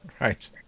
Right